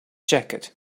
jacket